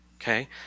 Okay